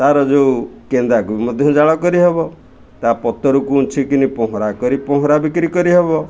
ତା'ର ଯୋଉ କେନ୍ଦାକୁ ମଧ୍ୟ ଜାଳ କରିହେବ ତା ପତରକୁ ଉଁଛି କିନି ପହଁରା କରି ପହଁରା ବିକ୍ରି କରିହେବ